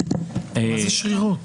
מה זה שרירות?